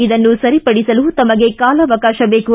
ಇದನ್ನು ಸರಿಪಡಿಸಲು ತಮಗೆ ಕಾಲಾವಕಾಶ ಬೇಕು